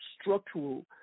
structural